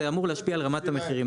זה אמור להשפיע על רמת המחירים,